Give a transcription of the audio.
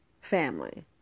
family